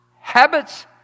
habits